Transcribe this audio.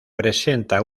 presenta